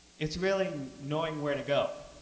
it's really knowing where to go.